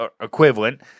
equivalent